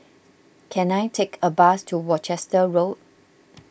can I take a bus to Worcester Road